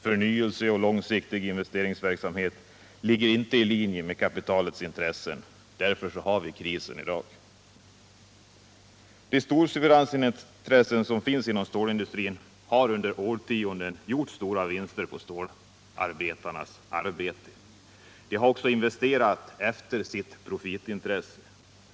Förnyelse och långsiktig investeringsverksamhet ligger inte i linje med kapitalets intressen, och därför har vi krisen i dag. De storfinansintressen som finns inom stålindustrin har under årtionden gjort stora vinster på stålarbetarnas arbete. De har också investerat efter sitt profitintresse.